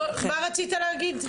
מה רצית להגיד?